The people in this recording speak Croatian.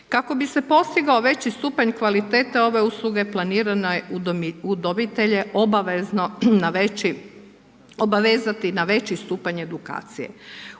Kako bi se postigao veći stupanj kvalitete ove usluge planirano je u udomitelje, obavezati na veći stupanj edukacije.